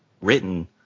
written